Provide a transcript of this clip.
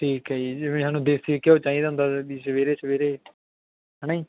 ਠੀਕ ਹੈ ਜੀ ਜਿਵੇਂ ਸਾਨੂੰ ਦੇਸੀ ਘਿਓ ਚਾਹੀਦਾ ਹੁੰਦਾ ਵੀ ਸਵੇਰੇ ਸਵੇਰੇ ਹੈ ਨਾ ਜੀ